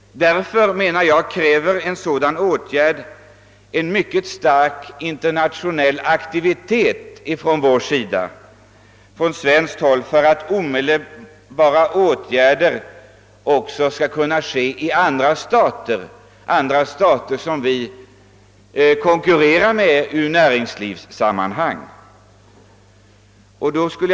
Därför menar jag att dessa åtgärder förutsätter en mycket stark internationell aktivitet från svenskt håll för att åstadkomma motsvarande åtgärder också i andra stater, med vilkas näringsliv vi konkurrerar.